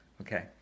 okay